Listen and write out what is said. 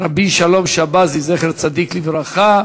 רבי שלום שבזי, זכר צדיק לברכה.